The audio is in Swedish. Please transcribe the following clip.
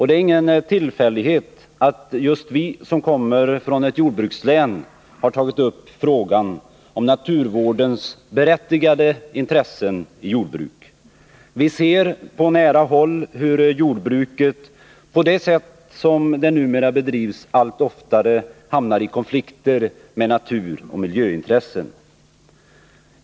Det är ingen tillfällighet att just vi som kommer från ett jordbrukslän har tagit upp frågan om naturvårdens berättigade intressen i jordbruk. Vi ser på nära håll hur jordbruket, på det sätt som det numera bedrivs, allt oftare hamnar i konflikter med naturoch miljöintressen.